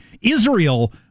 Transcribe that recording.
Israel